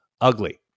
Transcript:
ugly